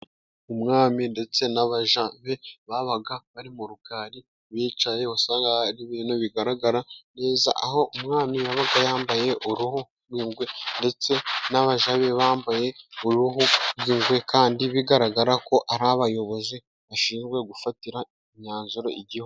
Umwami ndetse n'abaja be babaga bari mu rukari bicaye wasangaga ari ibintu bigaragara neza, aho umwami yabaga yambaye uruhu rw'ingwe ndetse n'abaja be bambaye uruhu rw'ingwe, kandi bigaragarako ari abayobozi bashinzwe gufatira imyanzuro igihugu.